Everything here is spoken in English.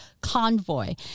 convoy